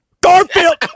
Garfield